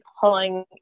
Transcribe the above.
pulling